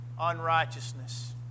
unrighteousness